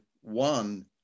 one